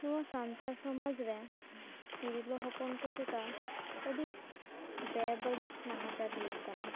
ᱱᱚᱣᱟ ᱥᱟᱱᱛᱟᱲ ᱥᱚᱢᱟᱡᱽ ᱨᱮ ᱛᱤᱨᱞᱟᱹ ᱦᱚᱯᱚᱱ ᱠᱚ ᱪᱮᱛᱟᱱ ᱟᱹᱰᱤ ᱵᱮ ᱵᱟᱹᱲᱤᱡ ᱱᱟᱦᱟᱪᱟᱨ ᱦᱩᱭᱩᱜ ᱠᱟᱱᱟ